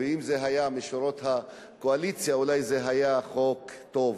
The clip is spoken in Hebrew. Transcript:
ואם זה היה משורות הקואליציה אולי זה היה חוק טוב,